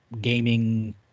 gaming